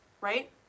right